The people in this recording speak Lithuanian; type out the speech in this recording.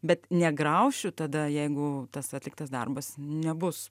bet negraušiu tada jeigu tas atliktas darbas nebus